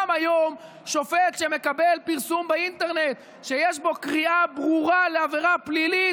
גם היום שופט שמקבל פרסום באינטרנט שיש בו קריאה ברורה לעבירה פלילית,